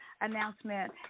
announcement